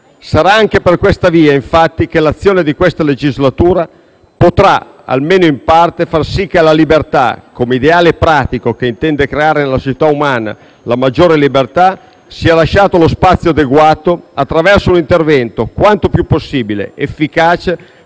Sarà anche per questa via, infatti, che l'azione di questa legislatura potrà almeno in parte far sì che all'ideale pratico teso a creare nella società umana una sempre maggiore libertà, sia lasciato lo spazio adeguato, attraverso un intervento quanto più possibile efficace